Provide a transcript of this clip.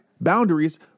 boundaries